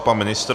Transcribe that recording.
Pan ministr?